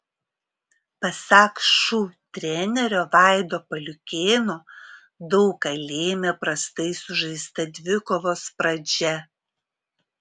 pasak šu trenerio vaido pauliukėno daug ką lėmė prastai sužaista dvikovos pradžia